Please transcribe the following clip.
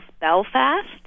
Belfast